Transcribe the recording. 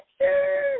sure